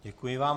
Děkuji vám.